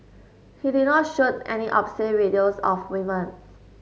he did not shoot any obscene videos of women